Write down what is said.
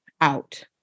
out